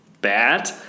bad